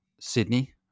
Sydney